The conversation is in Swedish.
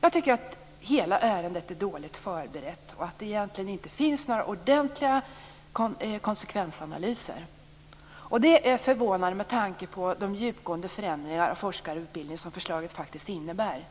Jag tycker att hela ärendet är dåligt förberett och att det egentligen inte finns några ordentliga konsekvensanalyser. Det är förvånande med tanke på de djupgående förändringar av forskarutbildningen som förslaget faktiskt innebär.